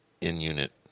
in-unit